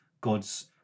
god's